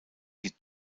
die